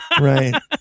Right